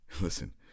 Listen